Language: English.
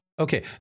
Okay